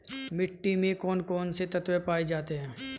मिट्टी में कौन कौन से तत्व पाए जाते हैं?